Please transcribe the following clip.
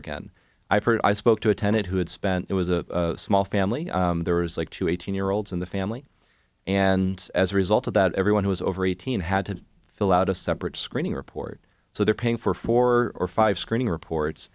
again i've heard i spoke to a tenant who had spent it was a small family there was like two eighteen year olds in the family and as a result of that everyone who was over eighteen had to fill out a separate screening report so they're paying for four or five screening reports